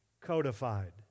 codified